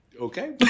okay